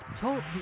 Talk